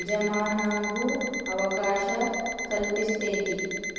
ಎಜಮಾನಾಗೊ ಅವಕಾಶ ಕಲ್ಪಿಸ್ತೆತಿ